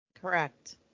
Correct